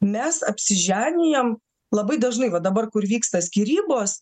mes apsiženijam labai dažnai va dabar kur vyksta skyrybos